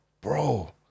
bro